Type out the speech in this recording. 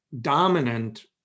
dominant